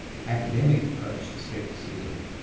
the academic approach to scepticism,